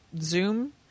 zoom